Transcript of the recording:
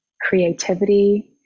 creativity